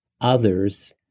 others